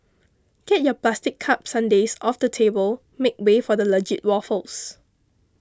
get your plastic cup sundaes off the table make way for legit waffles